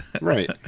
right